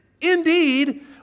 indeed